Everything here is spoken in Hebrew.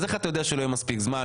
איך אתה יודע שלא יהיה מספיק זמן,